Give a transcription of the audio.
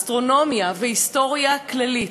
אסטרונומיה והיסטוריה כללית,